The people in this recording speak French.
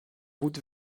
route